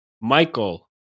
Michael